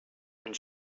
and